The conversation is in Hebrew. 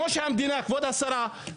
כבוד השרה,